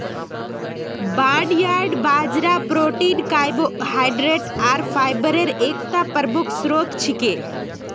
barnyard बाजरा protein carbohydrate आर fibre एकता प्रमुख स्रोत छिके